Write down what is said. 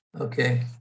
okay